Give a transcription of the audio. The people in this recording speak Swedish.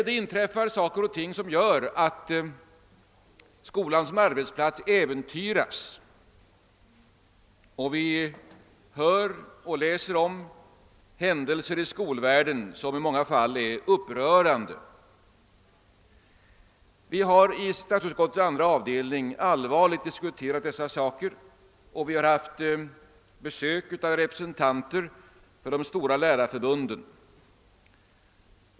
Men saker och ting inträffar som äventyrar skolan som arbetsplats; vi hör och läser om händelser i skolvärlden som i många fall är upprörande. I statsutskottets andra avdelning har vi allvarligt diskuterat dessa frågor, och vi har haft besök av representanter för de stora lärarförbunden.